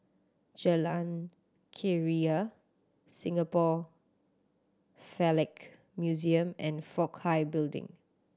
Jalan Keria Singapore Philatelic Museum and Fook Hai Building